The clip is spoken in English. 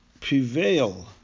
prevail